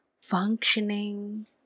functioning